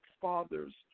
fathers